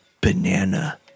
banana